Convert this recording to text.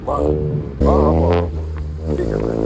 বাৰু অঁ হ'ব হ'ব ঠিক আছে